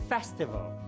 Festival